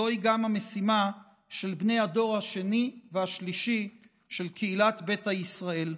זוהי גם המשימה של בני הדור השני והשלישי של קהילת ביתא ישראל.